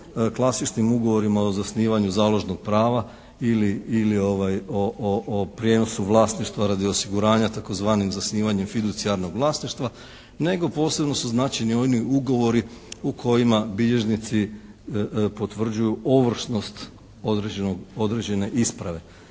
klasičnim ugovorima o zasnivanju založnog prava ili o prijenosu vlasništva radi osiguranja, tzv. zasnivanjem fiducijarnog vlasništva nego posebno su značajni oni ugovori u kojima bilježnici potvrđuju ovršnost određenog,